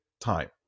time